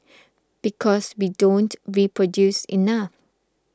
because we don't reproduce enough